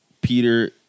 Peter